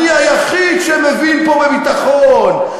אני היחיד שמבין פה בביטחון,